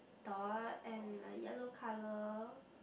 dog and a yellow colour